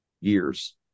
years